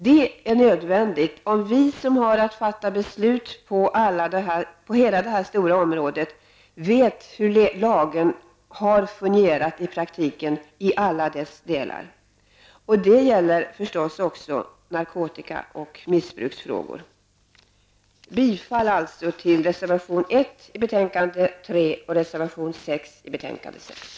Det är nödvändigt att vi som har att fatta beslut på hela det här stora området vet hur lagen i alla dess delar har fungerat i praktiken. Detta gäller förstås också narkotika och missbruksfrågor. Jag yrkar alltså bifall till reservation 1 till betänkande SoU3 och till reservation 6 till betänkande SoU6.